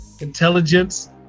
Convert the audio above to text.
intelligence